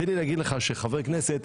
תן לי להגיד לך שחבר כנסת,